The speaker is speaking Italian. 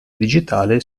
digitale